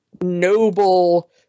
noble